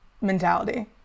mentality